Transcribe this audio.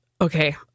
Okay